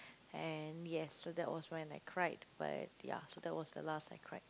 and yes so that was when I cried but ya so that was the last I cried